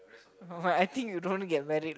I think you don't get married